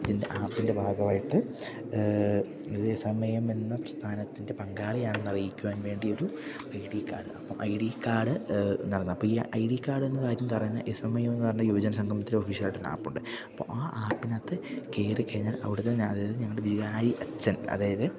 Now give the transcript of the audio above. ഇതിൻ്റെ ആപ്പിൻ്റെ ഭാഗമായിട്ട് ഇത് എസ് എം എ എമ്മെന്ന പ്രസ്ഥാനത്തിൻ്റെ പങ്കാളിയാണെന്ന് അറിയിക്കുവാൻ വേണ്ടി ഒരു ഐ ഡി കാർഡ് അപ്പം ഈ ഐ ഡി കാർഡിൻ്റെ കാര്യമെന്ന് പറഞ്ഞാല് എസ് എം എ എം എന്നുപറഞ്ഞ യുവജന സംഗമത്തിന്റെ ഓഫീഷ്യലായിട്ടുള്ള ആപ്പുണ്ട് അപ്പോള് ആ ആപ്പിനകത്ത് കയറിക്കഴിഞ്ഞാൽ അവിടുന്ന് തന്നെ അതായത് ഞങ്ങളുടെ വികാരിയച്ചൻ അതായത്